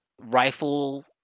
rifle